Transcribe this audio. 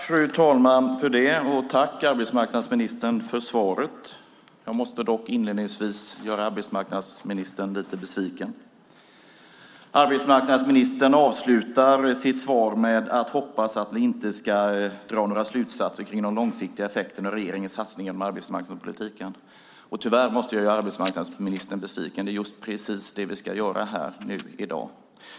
Fru talman! Tack för svaret, arbetsmarknadsministern! Jag måste dock inledningsvis göra arbetsmarknadsministern lite besviken. Arbetsmarknadsministern avslutar sitt svar med att säga att han hoppas att vi inte ska dra några långsiktiga slutsatser om regeringens satsningar inom arbetsmarknadspolitiken. Tyvärr måste jag göra arbetsmarknadsministern besviken. Det är just precis det vi ska göra i dag.